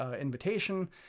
invitation